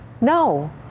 no